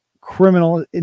criminal